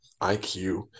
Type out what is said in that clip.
IQ